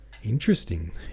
interesting